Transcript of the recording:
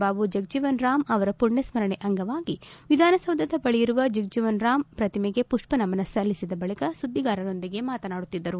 ಬಾಬು ಜಗಜೀವನ್ ರಾಮ್ ಅವರ ಮಣ್ಯಸ್ಮರಣೆ ಅಂಗವಾಗಿ ವಿಧಾನಸೌಧದ ಬಳಿ ಇರುವ ಜಗಜೀವನ್ರಾಮ್ ಪ್ರತಿಮೆಗೆ ಪುಷ್ಮ ನಮನ ಸಲ್ಲಿಸದ ಬಳಿಕ ಸುದ್ದಿಗಾರರೊಂದಿಗೆ ಮಾತನಾಡುತ್ತಿದ್ದರು